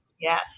yes